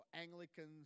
Anglicans